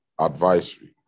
advisory